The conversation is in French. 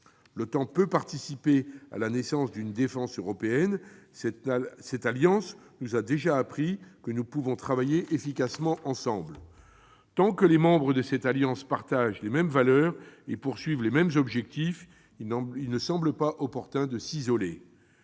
L'OTAN peut participer à la naissance d'une défense européenne. Cette alliance nous a déjà appris que nous pouvons travailler efficacement ensemble. Tant que les membres de l'OTAN partagent les mêmes valeurs et ont les mêmes objectifs, il ne semble pas opportun de s'isoler.